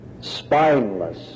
spineless